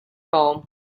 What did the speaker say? home